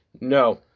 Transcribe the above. No